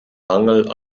mangel